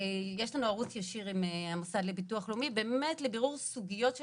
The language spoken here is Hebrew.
יש ערוץ ישיר עם המוסד לביטוח לאומי לבירור סוגיות של